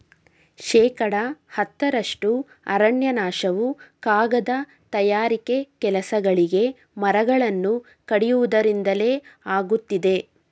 ಶೇಕಡ ಹತ್ತರಷ್ಟು ಅರಣ್ಯನಾಶವು ಕಾಗದ ತಯಾರಿಕೆ ಕೆಲಸಗಳಿಗೆ ಮರಗಳನ್ನು ಕಡಿಯುವುದರಿಂದಲೇ ಆಗುತ್ತಿದೆ